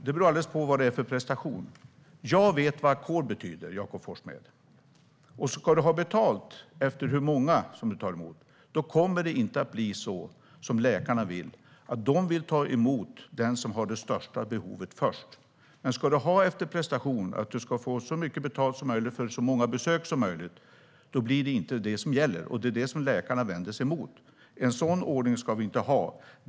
Det beror alldeles på vad det är för prestation. Jag vet vad ackord betyder, Jakob Forssmed. Om du ska ha betalt efter hur många patienter du tar emot kommer det inte att bli så som läkarna vill. De vill ta emot den som har det största behovet först. Men om ersättning ska ges efter prestation, att få så mycket betalt som möjligt för så många besök som möjligt, kommer inte största behovet att gälla. Det vänder sig läkarna emot. En sådan ordning ska vi inte ha.